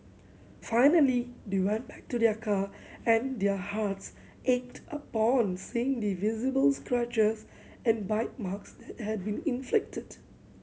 finally they went back to their car and their hearts ached upon seeing the visible scratches and bite marks that had been inflicted